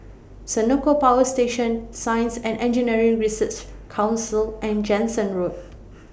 Senoko Power Station Science and Engineering Research Council and Jansen Road